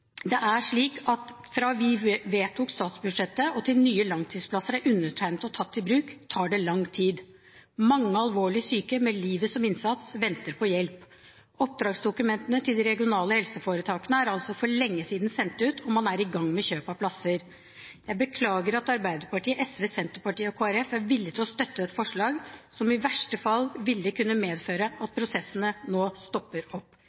Det er slik at fra vi vedtok statsbudsjettet og til nye langtidsplasser er undertegnet og tatt i bruk, tar det lang tid. Mange alvorlig syke venter på hjelp – med livet som innsats. Oppdragsdokumentene til de regionale helseforetakene er altså for lenge siden sendt ut, og man er i gang med kjøp av plasser. Jeg beklager at Arbeiderpartiet, SV, Senterpartiet og Kristelig Folkeparti er villig til å støtte et forslag som i verste fall ville kunne medføre at prosessene nå stopper opp.